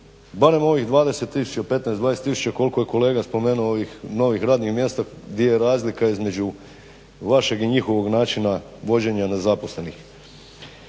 barem ovih 15, 20 tisuća koliko je kolega spomenuo ovih novih radnih mjesta di je razlika između vašeg i njihovog načina vođenja nezaposlenih.